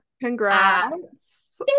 Congrats